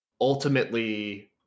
ultimately